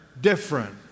different